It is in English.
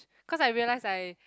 cause I realise I